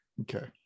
okay